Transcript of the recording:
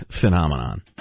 phenomenon